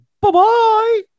bye-bye